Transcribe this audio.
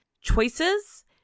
choices